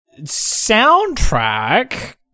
Soundtrack